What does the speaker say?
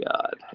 god